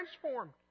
transformed